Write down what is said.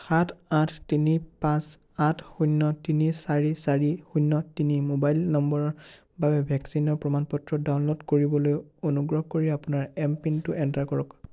সাত আঠ তিনি পাঁচ আঠ শূন্য তিনি চাৰি চাৰি শূন্য তিনি ম'বাইল নম্বৰৰ বাবে ভেকচিনৰ প্ৰমাণ পত্ৰ ডাউনল'ড কৰিবলৈ অনুগ্ৰহ কৰি আপোনাৰ এম পিনটো এণ্টাৰ কৰক